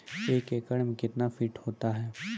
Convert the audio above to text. एक एकड मे कितना फीट होता हैं?